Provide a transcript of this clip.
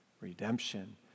redemption